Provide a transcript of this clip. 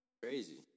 crazy